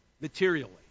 materially